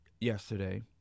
yesterday